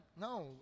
no